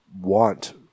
want